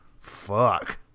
Fuck